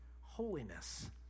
holiness